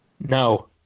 No